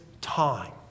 time